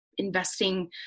investing